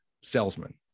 salesman